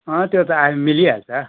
अँ त्यो त आयो भने मिलिहाल्छ